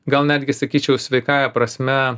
gal netgi sakyčiau sveikąja prasme